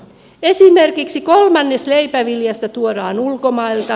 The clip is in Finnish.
esimerkiksi kolmannes leipäviljasta tuodaan ulkomailta